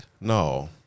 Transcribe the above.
no